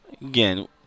Again